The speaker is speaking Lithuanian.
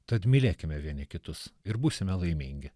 tad mylėkime vieni kitus ir būsime laimingi